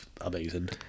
amazing